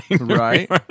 Right